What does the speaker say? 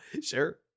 sure